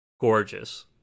gorgeous